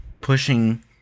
pushing